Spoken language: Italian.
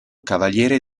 cavaliere